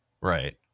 Right